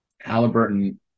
Halliburton